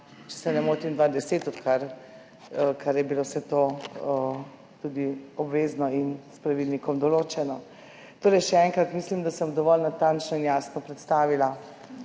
če se ne motim, leta 2010, odkar je bilo vse to tudi obvezno in s pravilnikom določeno. Še enkrat. Mislim, da sem dovolj natančno in jasno predstavila